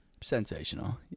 sensational